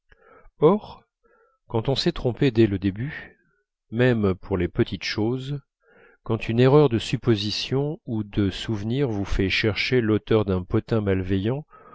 quand on s'est trompé dès le début même pour les petites choses quand une erreur de supposition ou de souvenirs vous fait chercher l'auteur d'un potin malveillant